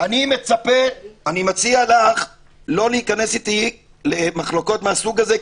אני מציע לך לא להיכנס איתי למחלוקות מהסוג הזה,